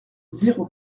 zéro